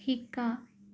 শিকা